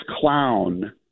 clown